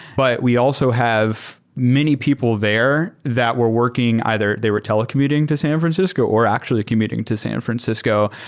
but we also have many people there that were working, either they were telecommuting to san francisco or actually commuting to san francisco,